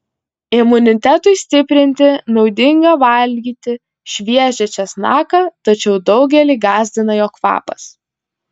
imunitetui stiprinti naudinga valgyti šviežią česnaką tačiau daugelį gąsdina jo kvapas